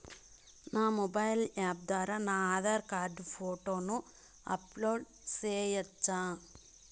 నా mobile app ద్వారా నా ఆధార్ కార్డు ఫోటోను అప్లోడ్ సేయొచ్చా?